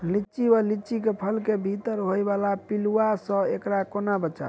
लिच्ची वा लीची केँ फल केँ भीतर होइ वला पिलुआ सऽ एकरा कोना बचाबी?